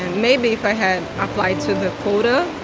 maybe if i had applied to the quota,